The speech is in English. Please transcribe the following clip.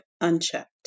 unchecked